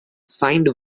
signed